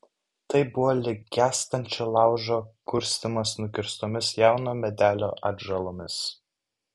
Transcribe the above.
tai buvo lyg gęstančio laužo kurstymas nukirstomis jauno medelio atžalomis